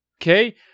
okay